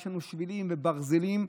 יש לנו שבילים וברזלים.